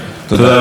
תודה רבה.